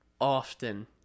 often